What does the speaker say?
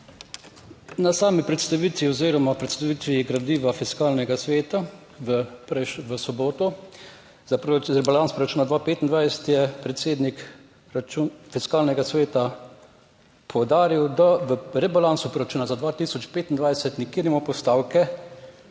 Na sami predstavitvi oziroma predstavitvi gradiva Fiskalnega sveta v soboto za rebalans proračuna 2025, je predsednik Fiskalnega sveta poudaril, da v rebalansu proračuna za 2025 nikjer nimamo postavke